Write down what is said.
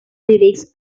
lyrics